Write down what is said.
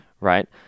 right